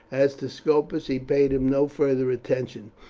as to scopus, he paid him no farther attention,